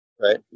right